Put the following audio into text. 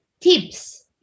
tips